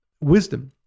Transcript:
wisdom